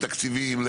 לתקציבים,